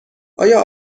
آیا